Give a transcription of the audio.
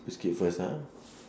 you skip first ah